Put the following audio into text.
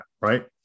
right